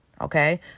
Okay